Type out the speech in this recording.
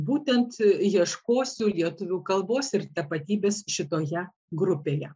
būtent ieškosiu lietuvių kalbos ir tapatybės šitoje grupėje